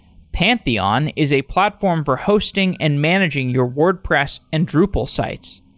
pantheon is a platform for hosting and managing your wordpress and drupal sites.